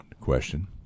question